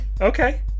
okay